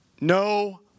No